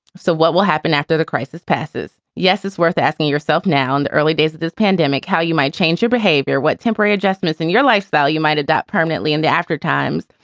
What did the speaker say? so what will happen after the crisis passes? yes, it's worth asking yourself. now, in the early days of this pandemic, how you might change your behavior, what temporary adjustments in your lifestyle. you might add that permanently in the after times.